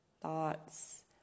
thoughts